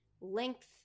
length